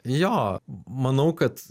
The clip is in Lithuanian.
jo manau kad